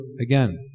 again